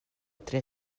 tre